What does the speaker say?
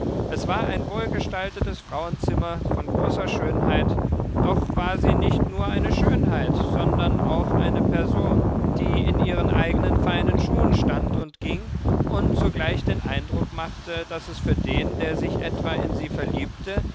es war ein wohlgestaltetes frauenzimmer von großer schönheit doch war sie nicht nur eine schönheit sondern auch eine person die in ihren eigenen feinen schuhen stand und ging und sogleich den eindruck machte daß es für den der sich etwa in sie verliebte